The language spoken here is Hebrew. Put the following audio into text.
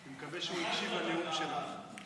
מקווה שהוא הקשיב לנאום שלך.